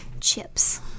chips